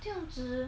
这样子